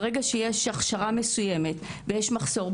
ברגע שיש הכשרה מסיימת ויש מחסור.